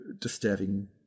disturbing